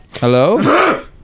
Hello